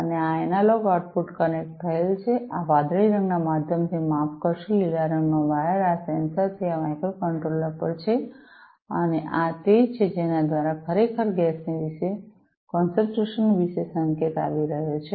અને આ analogue output connect થયેલ છે આ વાદળી રંગના માધ્યમથી માફ કરશો લીલો રંગનો વાયર આ સેન્સર થી આ માઇક્રોકન્ટ્રોલર પર છે અને આ તે છે જેના દ્વારા ખરેખર ગેસની કોન્સેંન્ટ્રેનશન વિશે સંકેત આવી રહ્યા છે